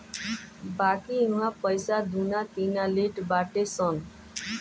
बाकी इहवा पईसा दूना तिना लेट बाटे सन